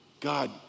God